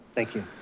thank you.